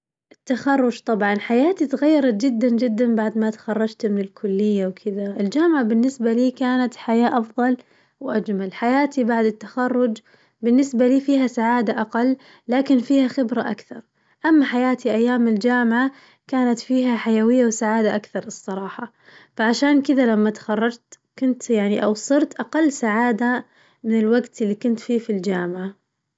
التخرج طبعاً حياتي تغيرت جداً جداً بعد ما تخرجت من الكلية وكذا، الجامعة بالنسبة لي كانت حياة أفظل وأجمل حياتي بعد التخرج بالنسبة لي فيها سعادة أقل لكن فيها خبرة أكثر، أما حياتي أيام الجامعة كانت فيها حيوية وسعادة أكثر الصراحة، فعشان كذا لما تخرجت كنت يعني أو صرت أقل سعادة من الوقت اللي كنت فيه في الجامعة.